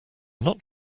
not